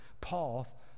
Paul